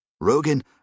Rogan